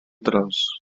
tros